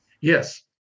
Yes